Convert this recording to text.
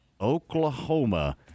Oklahoma